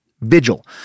Vigil